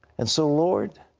and so lord,